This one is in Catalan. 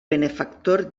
benefactor